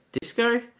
Disco